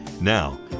Now